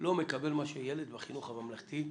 לא מקבל מה שילד בחינוך הממלכתי מקבל.